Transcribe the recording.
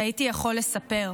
שהייתי יכול לספר.